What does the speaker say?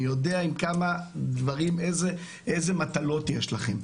אני יודע אילו מטלות יש לכם.